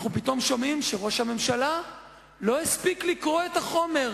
אנחנו פתאום שומעים שראש הממשלה לא הספיק לקרוא את החומר,